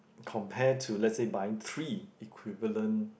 compare to let's say buying three equivalent